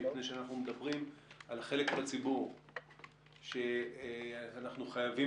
מפני שאנחנו מדברים על חלק בציבור שאנחנו חייבים